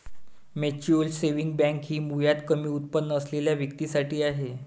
mutual saving bank ही मुळात कमी उत्पन्न असलेल्या व्यक्तीं साठी आहे